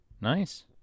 Nice